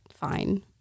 fine